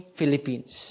Philippines